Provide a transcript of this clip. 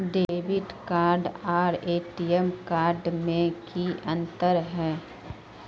Debit card आर ATM card में की अंतर है?